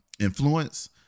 Influence